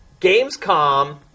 Gamescom